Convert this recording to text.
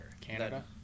Canada